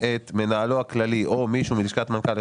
את מנהלו הכללי או מישהו מלשכת מנכ"ל,